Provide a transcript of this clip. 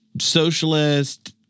socialist